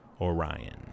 Orion